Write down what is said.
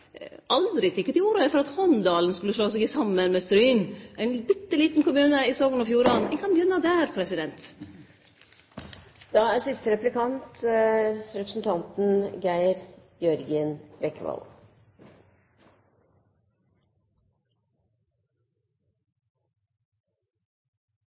aldri har teke til orde for at Honndalen skulle slå seg saman med Stryn – ein bitte liten kommune i Sogn og Fjordane. Ein kan jo begynne der.